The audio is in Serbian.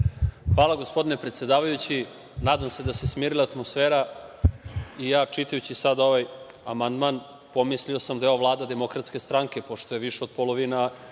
Hvala, gospodine predsedavajući. Nadam se da se smirila atmosfera i ja, čitajući sada ovaj amandman, sam pomislio da je ovo vlada Demokratske stranke, pošto je više od polovine